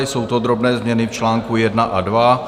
Jsou to drobné změny v článku jedna a dva.